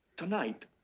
tonight,